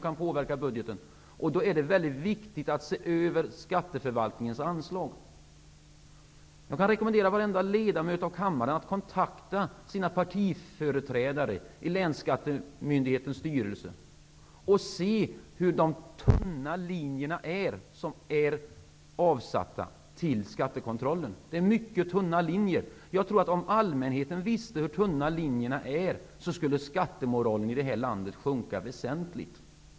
Både regeringspartierna och oppositionen kan påverka budgeten. Jag kan rekommendera alla ledamöter i kammaren att kontakta sina partiföreträdare i länsskattemyndighetens styrelse. Då får ni se hur tunna de linjerna är, som är avsatta till skattekontrollen. Om allmänheten visste hur tunna de linjerna är skulle skattemoralen i det här landet sjunka väsentligt.